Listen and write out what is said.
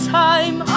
time